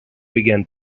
began